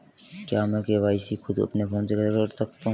क्या मैं के.वाई.सी खुद अपने फोन से कर सकता हूँ?